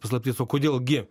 paslaptis o kodėl gi